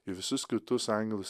į visus kitus angelus